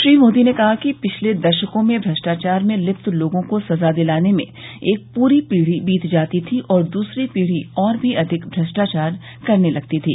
श्री मोदी ने कहा कि पिछले दशकों में भ्रष्टाचार में लिप्त लोगों को सजा दिलाने में एक पूरी पीढ़ी बीत जाती थी और दूसरी पीढ़ी और भी अधिक भ्रष्टाचार करने लगती थी